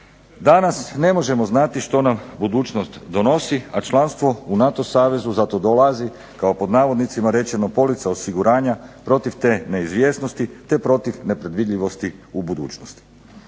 Danas ne možemo znati što nam budućnost donosi, a članstvo u NATO savezu zato dolazi kao pod navodnicima rečeno polica osiguranja protiv te neizvjesnosti, te protiv nepredvidljivosti u budućnosti.